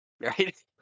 Right